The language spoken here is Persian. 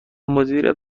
مدیر